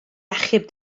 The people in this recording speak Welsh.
achub